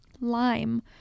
lime